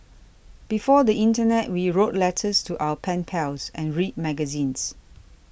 before the Internet we wrote letters to our pen pals and read magazines